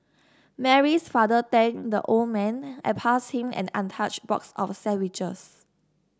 Mary's father thanked the old man and passed him an untouched box of sandwiches